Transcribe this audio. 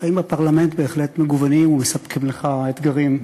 החיים בפרלמנט בהחלט מגוונים ומספקים לך אתגרים.